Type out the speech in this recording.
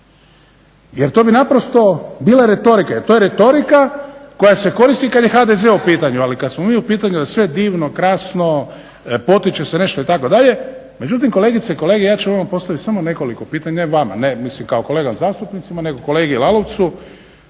Jer to bi naprosto bile retorike, jer to je retorika koja se koristi kad je HDZ u pitanju, ali kad smo mi u pitanju je sve divno, krasno, potiče se nešto itd. Međutim kolegice i kolege ja ću vama postaviti samo nekoliko pitanja, ne vama, mislim kao kolega zastupnicima, nego kolegi …/Ne